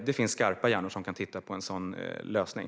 Det finns skarpa hjärnor som kan titta på en sådan lösning.